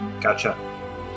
Gotcha